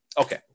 okay